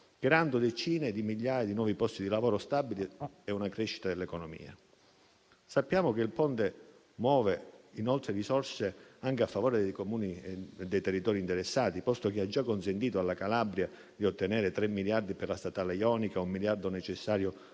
creando decine di migliaia di nuovi posti di lavoro stabili e una crescita dell'economia. Sappiamo che il Ponte muove, inoltre, risorse anche a favore dei Comuni e dei territori interessati, posto che ha già consentito alla Calabria di ottenere tre miliardi per la statale jonica, un miliardo necessario al